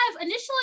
initially